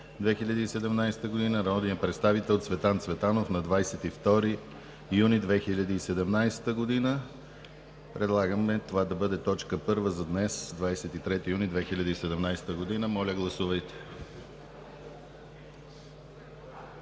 2017 г.; народният представител Цветан Цветанов, на 22 юни 2017 г. Предлагаме това да бъде точка първа за днес, 23 юни 2017 г. Моля, гласувайте.